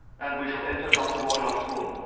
and we will enter dr. roylott's room.